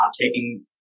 taking